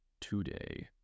today